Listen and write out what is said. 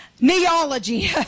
Neology